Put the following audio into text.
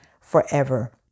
forever